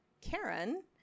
Karen